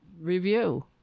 review